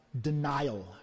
denial